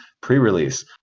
pre-release